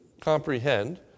comprehend